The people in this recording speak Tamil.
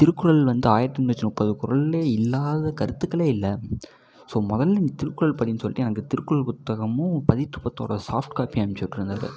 திருக்குறள் வந்து ஆயிரத்து முன்னூற்றி முப்பது குறள்லயே இல்லாத கருத்துக்களே இல்லை ஸோ முதல்ல நீ திருக்குறள் படின்னு சொல்லிட்டு எனக்கு திருக்குறள் புத்தகமும் பதிற்றுப்பத்தோட சாஃப்ட் காப்பி அனுப்பிச்சி விட்ருந்தாரு